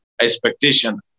expectation